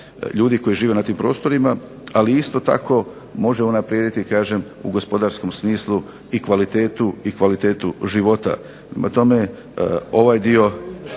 ljudi koji žive na tim prostorima, ali isto tako može unaprijediti u gospodarskom smislu i kvalitetu života.